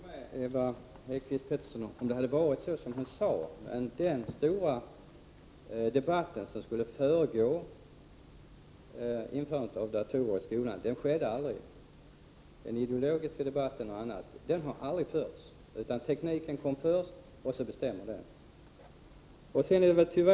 Herr talman! Om det förhöll sig på det sätt som Ewa Hedkvist Petersen här beskriver, skulle jag hålla med henne. Men den stora debatt som skulle föregå införandet av datorer fördes ju aldrig. Någon ideologisk debatt t.ex. haraalltså aldrig förts. Tekniken kom först, och sedan får den vara avgörande.